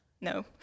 No